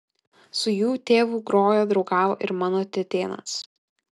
su jų tėvu grojo draugavo ir mano tetėnas